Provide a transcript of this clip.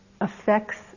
affects